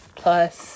plus